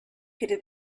could